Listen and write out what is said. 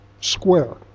square